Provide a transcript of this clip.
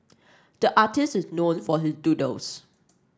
the artist is known for his doodles